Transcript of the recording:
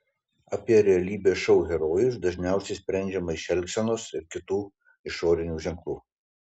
apie realybės šou herojus dažniausiai sprendžiama iš elgsenos ir kitų išorinių ženklų